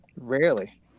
Rarely